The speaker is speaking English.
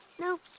No